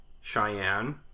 Cheyenne